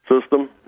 system